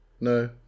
No